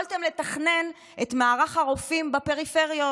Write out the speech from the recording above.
יכולתם לתכנן את מערך הרופאים בפריפריות,